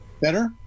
Better